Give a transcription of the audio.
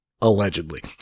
Allegedly